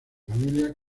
familia